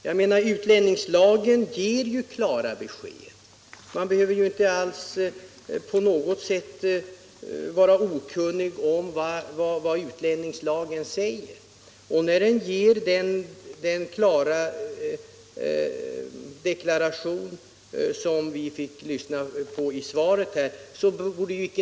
Jag anser att utlänn ingslagen ger klara besked; man behöver inte på något sätt vara tveksam. Lagens klara innebörd som även finns återgiven i svaret ger besked.